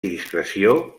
discreció